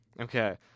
Okay